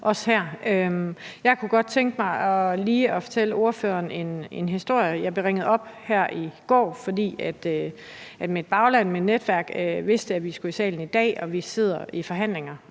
Jeg kunne godt tænke mig lige at fortælle ordføreren en historie. Jeg blev ringet op i går, fordi mit bagland og mit netværk vidste, at vi skulle i salen i dag, og at vi sidder i forhandlinger.